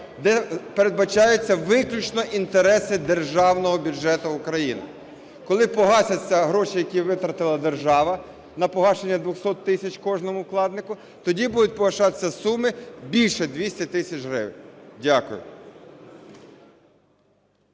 де передбачаються виключно інтереси державного бюджету України. Коли погасяться гроші, які витратила держава на погашення 200 тисяч кожному вкладнику, тоді будуть погашатися суми більше 200 тисяч гривень. Дякую.